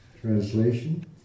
Translation